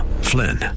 Flynn